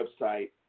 website